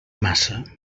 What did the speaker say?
massa